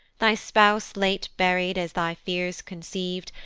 thy spouse late buried, as thy fears conceiv'd,